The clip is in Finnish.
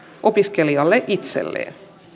opiskelijalle itselleen